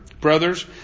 brothers